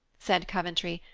said coventry,